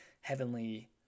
heavenly